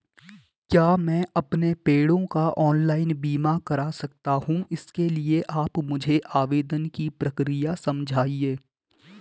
क्या मैं अपने पेड़ों का ऑनलाइन बीमा करा सकता हूँ इसके लिए आप मुझे आवेदन की प्रक्रिया समझाइए?